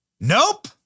Nope